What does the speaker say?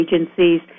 agencies